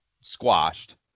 squashed